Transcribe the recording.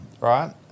right